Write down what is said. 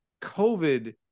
COVID